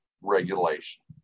regulation